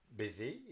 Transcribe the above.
busy